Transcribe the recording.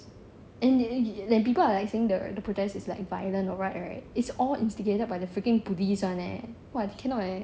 and people are like saying the the protest are like violent or what right it's all instigated by the freaking police [one] eh !wah! cannot eh